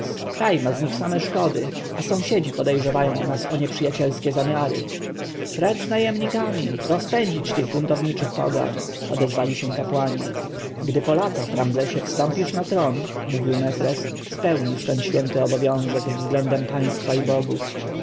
kraj ma z nich same szkody a sąsiedzi podejrzewają nas o nieprzyjacielskie zamysły precz z najemnikami rozpędzić buntowniczych pogan odezwali się kapłani gdy po latach ramzesie wstąpisz na tron mówił mefres spełnisz ten święty obowiązek względem państwa i bogów